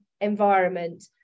environment